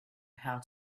how